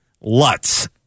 Lutz